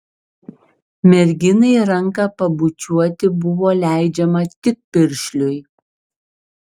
merginai ranką pabučiuoti buvo leidžiama tik piršliui